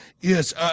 Yes